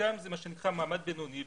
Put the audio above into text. שחלקם זה מעמד בינוני.